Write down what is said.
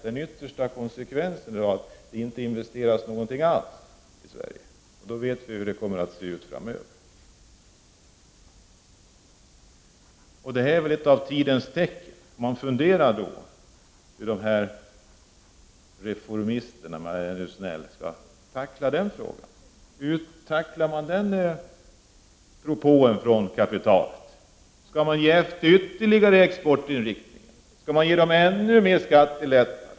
Den yttersta konsekvensen blir att det inte investeras någonting alls i Sverige, och då vet vi hur det kommer att se ut framöver. Detta är väl ett av tidens tecken. Man funderar då över hur de här reformisterna — om jag nu utrycker mig snällt — skall tackla den propån från kapitalet. Skall man ge efter ytterligare när det gäller exportinriktning? Skall man ge företagen ännu mer skattelättnader?